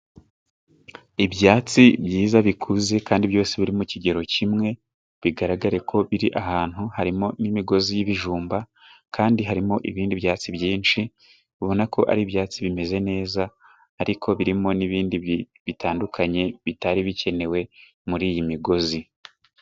Ibyatsi byiza bikuze kandi byose biri mu kigero kimwe bigaragare ko biri ahantu harimo n'imigozi y'ibijumba kandi harimo ibindi byatsi byinshi ubona ko ari ibyatsi bimeze neza ariko birimo n'ibindi bitandukanye bitari bikenewe muri iyi migozi.